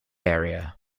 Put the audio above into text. area